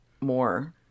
more